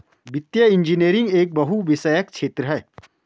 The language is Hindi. वित्तीय इंजीनियरिंग एक बहुविषयक क्षेत्र है